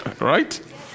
right